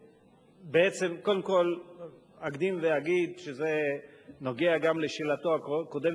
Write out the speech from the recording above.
קודם כול אקדים ואגיד שזה נוגע גם לשאלתו הקודמת